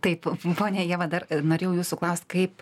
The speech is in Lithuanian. taip ponia ieva dar norėjau jūsų klaust kaip